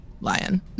lion